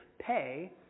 Pay